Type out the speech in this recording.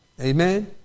Amen